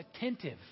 attentive